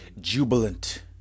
jubilant